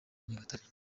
nyagatare